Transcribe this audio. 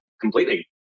completely